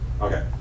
Okay